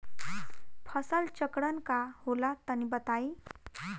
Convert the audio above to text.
फसल चक्रण का होला तनि बताई?